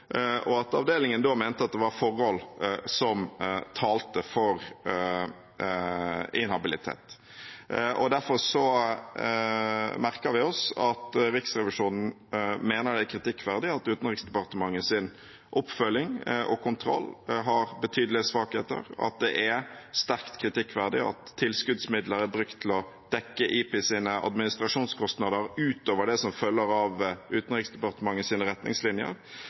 og at avdelingen da mente det var forhold som talte for inhabilitet. Derfor merker vi oss at Riksrevisjonen mener det er kritikkverdig at Utenriksdepartementets oppfølging og kontroll har betydelige svakheter, at det er sterkt kritikkverdig at tilskuddsmidler er brukt til å dekke IPIs administrasjonskostnader utover det som følger av Utenriksdepartementets retningslinjer, og at det er kritikkverdig at Utenriksdepartementet